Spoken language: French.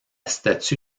statue